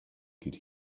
could